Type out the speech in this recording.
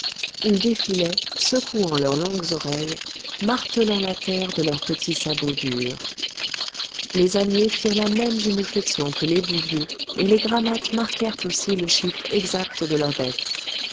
ils défilaient secouant leurs longues oreilles martelant la terre de leurs petits sabots durs les âniers firent la même génuflexion que les bouviers et les grammates marquèrent aussi le chiffre exact de leurs bêtes